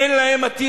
אין להם עתיד.